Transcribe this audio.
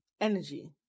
energy